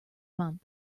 month